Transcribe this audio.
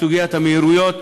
בסוגיית המהירויות.